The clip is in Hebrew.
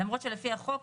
למרות שלפי החוק,